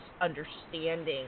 understanding